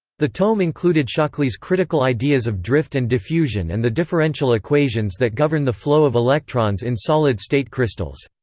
the tome included shockley's critical ideas of drift and diffusion and the differential equations that govern the flow of electrons in solid state crystals.